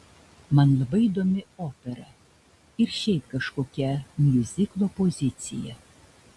man labai įdomi opera ir šiaip kažkokia miuziklo opozicija